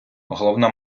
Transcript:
головна